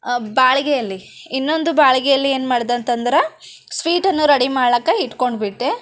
ಬಾಳ್ಗೆಯಲ್ಲಿ ಇನ್ನೊಂದು ಬಾಳ್ಗೆಯಲ್ಲಿ ಏನು ಮಾಡ್ದ ಅಂತಂದ್ರೆ ಸ್ವೀಟನ್ನು ರೆಡಿ ಮಾಡ್ಲಿಕ್ಕೆ ಇಟ್ಕೊಂಡ್ಬಿಟ್ಟೆ